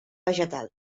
vegetal